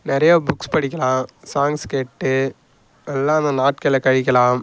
நிறையா புக்ஸ் படிக்கலாம் சாங்ஸ் கேட்டுட்டு நல்லா அந்த நாட்களை கழிக்கலாம்